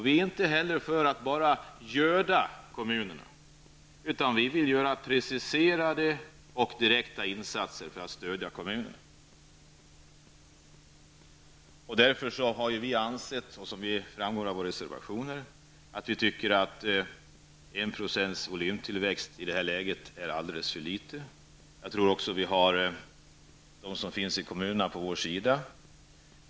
Vi är inte ute efter att bara göda kommunerna, utan vi vill ha preciserade och direkta insatser för att på det sättet stödja kommunerna. Därför anser vi -- och det framgår också av våra reservationer -- att 1 % volymtillväxt i det här läget är alldeles för litet. Jag tror att de som arbetar ute i kommunerna står på vår sida.